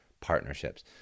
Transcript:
partnerships